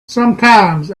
sometimes